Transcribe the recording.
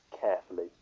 carefully